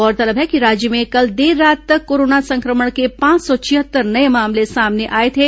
गौरतलब है कि राज्य में कल देर रात तक कोरोना संक्रमण के पांच सौ छिहत्तर नये मामले सामने आए थे